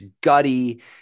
gutty